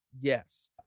Yes